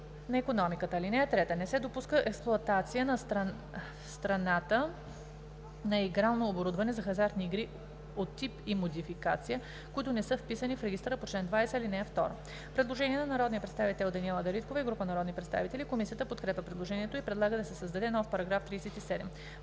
на икономиката. (3) Не се допуска експлоатация в страната на игрално оборудване за хазартни игри от тип и модификация, които не са вписани в регистъра по чл. 20, ал. 2.“ Предложение на народния представител Даниела Дариткова и група народни представители. Комисията подкрепя предложението и предлага да се създаде нов § 37: „§ 37.